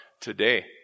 today